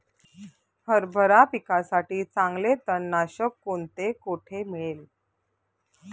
हरभरा पिकासाठी चांगले तणनाशक कोणते, कोठे मिळेल?